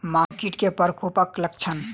माहो कीट केँ प्रकोपक लक्षण?